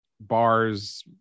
bars